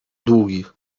długich